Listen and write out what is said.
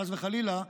חס וחלילה,